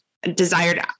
desired